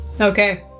Okay